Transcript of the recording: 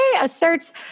asserts